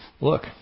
look